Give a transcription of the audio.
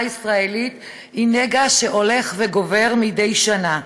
הישראלית היא נגע שהולך וגובר מדי שנה.